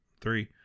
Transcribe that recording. three